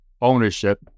ownership